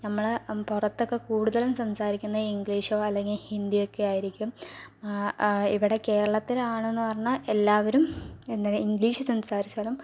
ഞമ്മള് പുറത്തൊക്കെ കൂടുതലും സംസാരിക്കുന്നത് ഇംഗ്ലീഷോ അല്ലെങ്കിൽ ഹിന്ദിയൊക്കെയായിരിക്കും ആ ആ ഇവിടെ കേരളത്തിലാണെന്ന് പറഞ്ഞാൽ എല്ലാവരും എന്തിന് ഇംഗ്ലീഷ് സംസാരിച്ചാലും